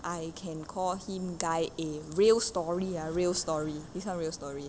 I can call him guy a real story ah real story this one real story